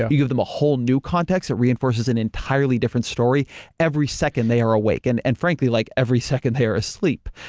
ah you give them a whole new context that reinforces an entirely different story every second they are awake, and and frankly like every second they are asleep.